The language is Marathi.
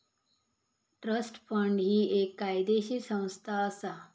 ट्रस्ट फंड ही एक कायदेशीर संस्था असा